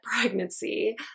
pregnancy